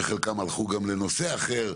שחלקם הלכו גם לנושא אחר.